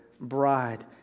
bride